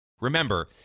Remember